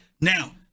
Now